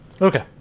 okay